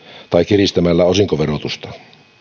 tai kiristämällä osinkoverotusta